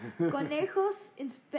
conejos